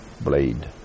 blade